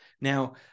Now